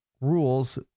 rules